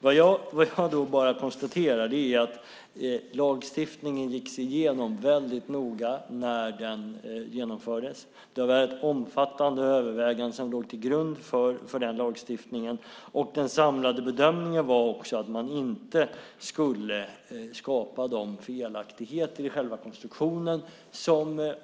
Vad jag konstaterar är att lagstiftningen gicks igenom väldigt noga när den genomfördes. Det var ett omfattande övervägande som låg till grund för den lagstiftningen. Den samlade bedömningen var att man inte skulle skapa felaktigheter i själva konstruktionen.